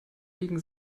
biegen